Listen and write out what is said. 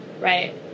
Right